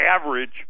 average